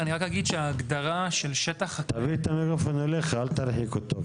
ההגדרה של "שטח חקלאי"